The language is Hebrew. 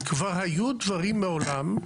כבר היו דברים מעולם,